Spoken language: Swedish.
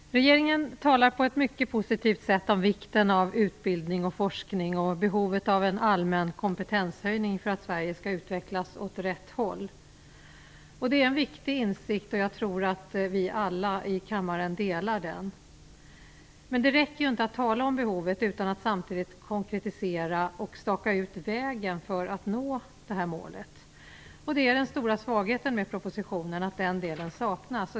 Fru talman! Regeringen talar på ett mycket positivt sätt om vikten av utbildning och forskning och behovet av en allmän kompetenshöjning för att Sverige skall utvecklas åt rätt håll. Det är en viktig insikt. Jag tror att vi alla i kammaren delar den. Men det räcker inte att tala om behovet utan att samtidigt konkretisera och staka ut vägen för att nå det här målet. Den stora svagheten med propositionen är att den delen saknas.